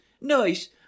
Nice